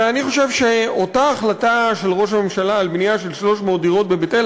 ואני חושב שאותה החלטה של ראש הממשלה על בנייה של 300 דירות בבית-אל,